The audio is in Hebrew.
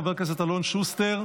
חבר הכנסת אלון שוסטר,